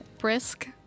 brisk